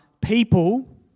people